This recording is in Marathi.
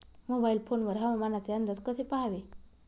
मोबाईल फोन वर हवामानाचे अंदाज कसे पहावे?